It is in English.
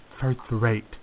first-rate